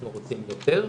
אנחנו רוצים יותר.